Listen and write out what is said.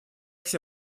все